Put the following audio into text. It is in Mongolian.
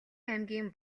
аймгийн